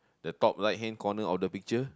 the top right hand corner of the picture